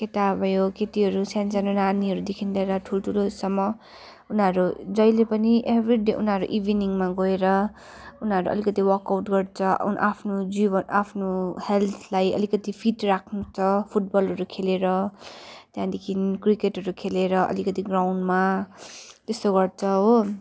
केटाहरू भयो केटीहरू सान सानो नानीहरूदेखि लिएर ठुल्ठुलोहरूसम्म उनीहरू जहिले पनि एभ्रिडे उनीहरू इभिनिङमा गएर उनीहरूले अलिकति वार्कआउट गर्छ अब आफ्नो जिउबाट आफ्नो हेल्थलाई अलिकति फिट राख्नु फुटबलहरू खेलेर त्यहाँदेखि क्रिकेटहरू खेलेर अलिकति ग्राउन्डमा त्यस्तो गर्छ हो